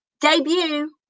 debut